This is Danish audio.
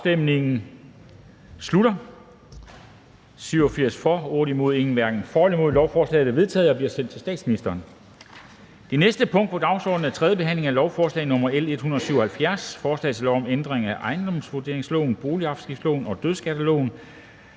stemte 8 (DF, NB og Bent Bøgsted (UFG)), hverken for eller imod stemte 0. Lovforslaget er vedtaget og bliver sendt til statsministeren. --- Det næste punkt på dagsordenen er: 10) 3. behandling af lovforslag nr. L 177: Forslag til lov om ændring af ejendomsvurderingsloven, boafgiftsloven og dødsboskatteloven.